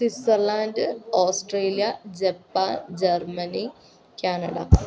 Switzerland Australia Japan Germany Canada